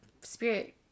spirit